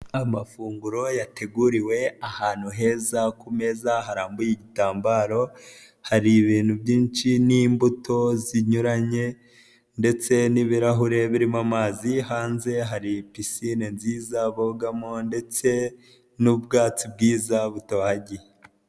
Amafunguro yateguriwe ahantu heza ku meza harambuye ibitambaro, hari ibintu byinshi n'imbuto zinyuranye ndetse n'ibirahure birimo amazi, hanze hari pisine nziza bogamo ndetse n'ubwatsi bwiza butohagiye.